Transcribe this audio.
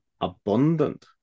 abundant